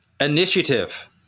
initiative